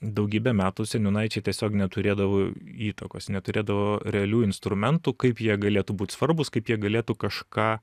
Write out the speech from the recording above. daugybę metų seniūnaičiai tiesiog neturėdavo įtakos neturėdavo realių instrumentų kaip jie galėtų būt svarbūs kaip jie galėtų kažką